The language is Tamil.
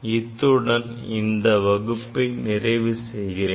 இத்துடன் இந்த வகுப்பை நிறைவு செய்கிறேன்